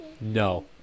No